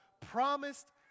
promised